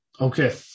Okay